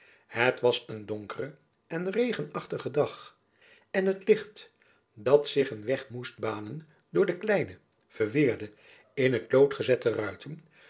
het was een donkere en regenachtige dag en het licht dat zich een weg moest banen door kleine verweerde in t lood gezette ruiten